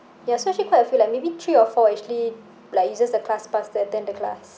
ya so actually quite a few like maybe three or four actually like uses the classpass to attend the class